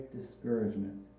discouragement